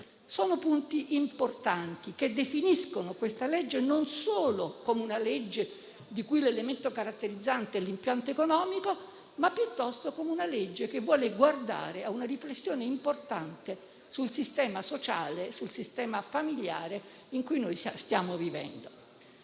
Sono punti rilevanti che definiscono questa non solo come una legge il cui elemento caratterizzante è l'impianto economico, ma piuttosto come una legge che vuole portare a una riflessione importante sul sistema sociale, sul sistema familiare in cui stiamo vivendo.